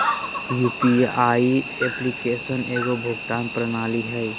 UPI application एगो भुगतान प्रणाली हइ